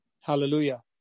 Hallelujah